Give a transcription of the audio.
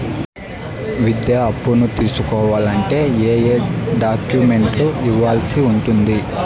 విద్యా అప్పును తీసుకోవాలంటే ఏ ఏ డాక్యుమెంట్లు ఇవ్వాల్సి ఉంటుంది